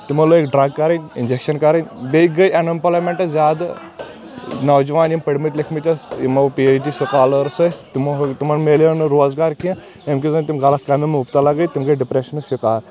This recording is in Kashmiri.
تمو لٲگۍ ڈرگ کرٕنۍ انجٮ۪کشن کرٕنۍ بییٚہِ گے ان ایمپُلایمیٚنٹ زیادٕ نوجوان یِم پٔرمٕتۍ لیکھمٕتۍ ٲسۍ یمو پی ایح ڈی سُکالٲرس ٲسۍ تمَو تِمن مِلیو نہٕ روزگار کینٛہہ ییٚمکہِ زن تِم غلط کامہِ منٛز مبتلا گے تِم گے ڈپریٚشنٕکۍ شِکار